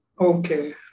Okay